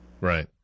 Right